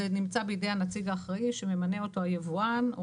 זה נמצא בידי הנציג האחראי שממנה אותו היבואן או